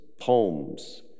poems